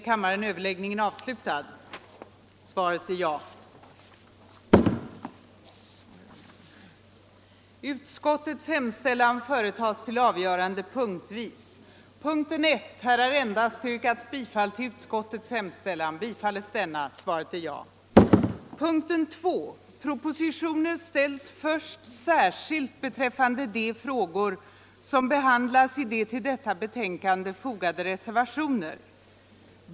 Propositioner ställs först särskilt beträffande de frågor, som behandlats i de till detta betänkande fogade reservationerna.